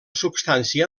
substància